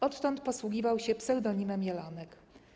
Odtąd posługiwał się pseudonimem Jelonek.